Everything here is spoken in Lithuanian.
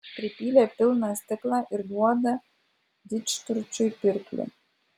pripylė pilną stiklą ir duoda didžturčiui pirkliui